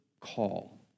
call